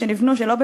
שיציל אותו מעצמו.